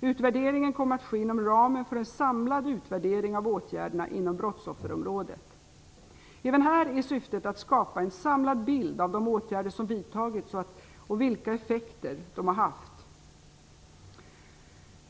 Utvärderingen kommer att ske inom ramen för en samlad utvärdering av åtgärderna inom brottsofferområdet. Även här är syftet att skapa en samlad bild av de åtgärder som vidtagits och vilka effekter som de har haft.